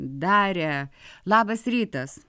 darę labas rytas